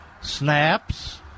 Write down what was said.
snaps